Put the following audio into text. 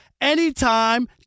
anytime